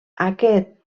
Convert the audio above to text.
aquest